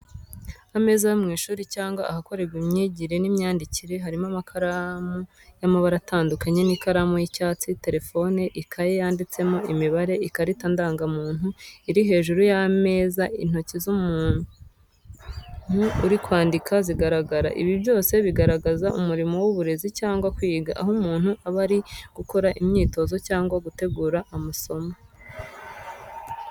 Ameza yo mu ishuri cyangwa ahakorerwa imyigire n’imyandikire. Hariho amakaramu y’amabara atandukanye n’ikaramu y’icyatsi, telefone, ikaye yanditsemo imibare, ikarita ndangamuntu iri hejuru y’ameza. Intoki z’umuntu uri kwandika ziragaragara. Ibi byose bigaragaza umurimo w’uburezi cyangwa kwiga, aho umuntu aba ari gukora imyitozo cyangwa gutegura amasomo.